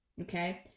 Okay